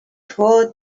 for